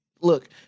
look